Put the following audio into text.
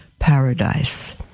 paradise